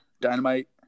Dynamite